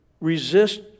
resist